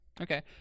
okay